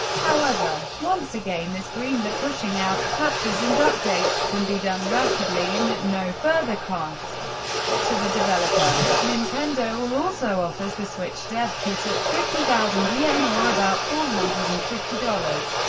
however, once a game is greenlit, pushing out patches and updates can be done rapidly and at no further cost to the developer. nintendo also offers the switch's dev kit at fifty thousand yen, or about four hundred and fifty dollars,